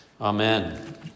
Amen